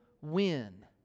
win